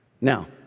Now